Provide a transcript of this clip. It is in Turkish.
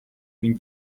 bin